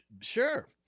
Sure